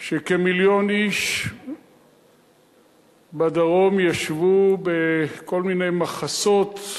כמיליון איש בדרום שישבו בכל מיני מחסות,